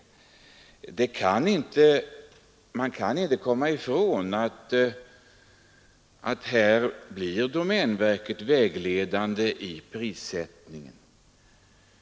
Man kan inte komma ifrån att domänverkets prissättning blir vägledande.